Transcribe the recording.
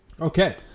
Okay